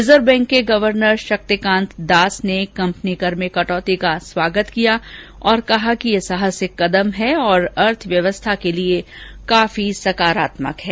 reserve Bank के governor Shaktikanta Das ने company कर में कटौती का स्वागत किया और कहा कि यह साहसिक कदम है तथा अर्थव्यवस्था के लिये काफी सकारात्मक है